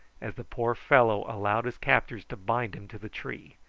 as the poor fellow allowed his captors to bind him to the tree,